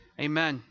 Amen